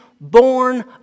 born